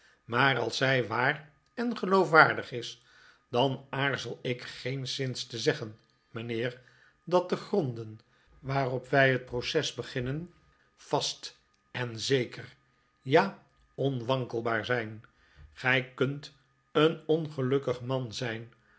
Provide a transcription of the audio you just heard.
maar als zij waar en geloofwaardig is dan aarzel ik geenszins te zeggen mijnheer dat de gronden waarop wij het proces beginnen vast en sterk ja onwankelbaar zijn gij kunt een ongelukkig man zijn